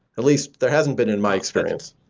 at least there hasn't been in my experience.